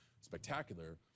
spectacular